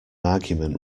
argument